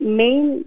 main